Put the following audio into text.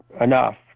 enough